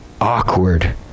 awkward